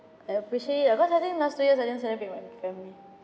I appreciate it ah cause I think last two years I didn't celebrate with my family